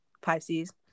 Pisces